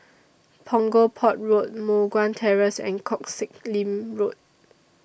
Punggol Port Road Moh Guan Terrace and Koh Sek Lim Road